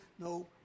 no